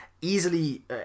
easily